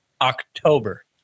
October